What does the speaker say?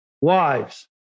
Wives